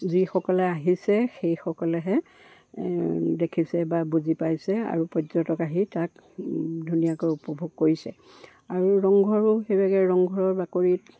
যিসকলে আহিছে সেইসকলেহে দেখিছে বা বুজি পাইছে আৰু পৰ্যটক আহি তাক ধুনীয়াকৈ উপভোগ কৰিছে আৰু ৰংঘৰো সেইভাগে ৰংঘৰৰ বাকৰিত